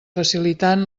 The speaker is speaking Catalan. facilitant